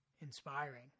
inspiring